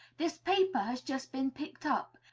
this paper has just been picked up.